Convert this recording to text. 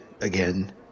again